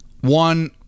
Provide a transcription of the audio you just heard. One